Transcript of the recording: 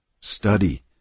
study